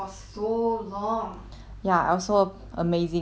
ya I also amazing